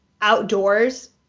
outdoors